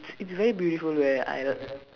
it's it's very beautiful where I